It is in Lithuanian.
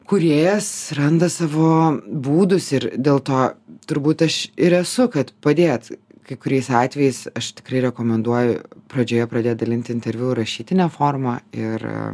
kūrėjas randa savo būdus ir dėl to turbūt aš ir esu kad padėt kai kuriais atvejais aš tikrai rekomenduoju pradžioje pradėt dalint interviu rašytine forma ir